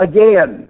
Again